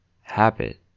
Habit